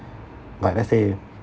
like let's say